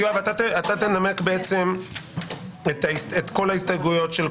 אתה תנמק את כל ההסתייגויות של קבוצתך,